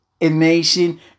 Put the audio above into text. amazing